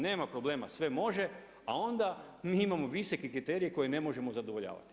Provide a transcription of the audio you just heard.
Nema problema sve može, a onda mi imamo visoke kriterije koje ne možemo zadovoljavati.